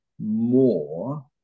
more